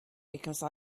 because